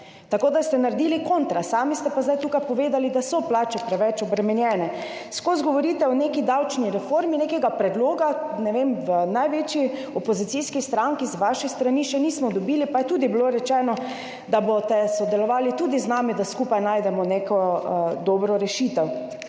tako da ste naredili kontra. Sami ste pa zdaj tukaj povedali, da so plače preveč obremenjene. Ves čas govorite o neki davčni reformi, nekega predloga v največji opozicijski stranki z vaše strani še nismo dobili, pa je bilo rečeno, da boste sodelovali tudi z nami, da skupaj najdemo neko dobro rešitev.